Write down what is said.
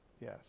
Yes